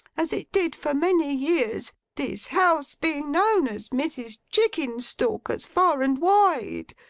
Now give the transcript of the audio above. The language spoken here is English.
as it did for many years this house being known as mrs. chickenstalker's far and wide,